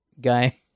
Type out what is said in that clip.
guy